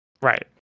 Right